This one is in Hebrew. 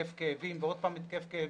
התקף כאבים ועוד התקף כאבים.